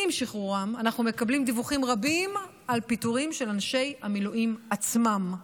אנחנו מקבלים דיווחים רבים על פיטורים של אנשי המילואים עצמם.